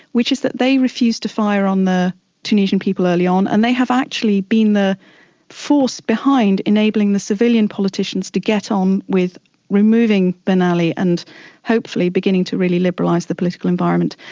which is that they refused to fire on the tunisian people early on, and they have actually been the force behind enabling the civilian politicians to get on with removing ben ali and hopefully beginning to really liberalise the political environment.